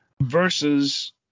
versus